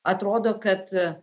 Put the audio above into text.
atrodo kad